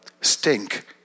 stink